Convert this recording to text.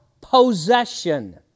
possession